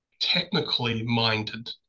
technically-minded